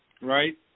right